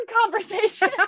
conversation